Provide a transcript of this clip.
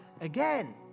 again